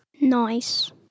Nice